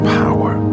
power